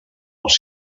als